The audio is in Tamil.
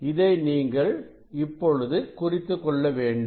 இதை நீங்கள் இப்பொழுது குறித்துக்கொள்ள வேண்டும்